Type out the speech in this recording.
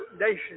nation